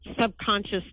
subconscious